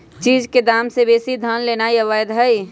चीज के दाम से बेशी धन लेनाइ अवैध हई